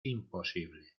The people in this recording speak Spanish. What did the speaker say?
imposible